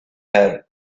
her